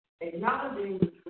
acknowledging